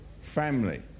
family